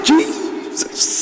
Jesus